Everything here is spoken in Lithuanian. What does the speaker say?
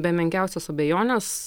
be menkiausios abejonės